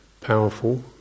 powerful